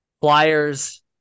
pliers